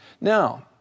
Now